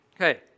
Okay